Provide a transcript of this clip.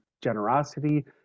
generosity